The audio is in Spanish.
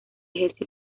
ejerce